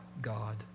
God